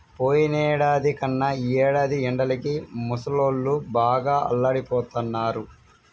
పోయినేడాది కన్నా ఈ ఏడాది ఎండలకి ముసలోళ్ళు బాగా అల్లాడిపోతన్నారు